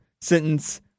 sentence